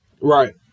right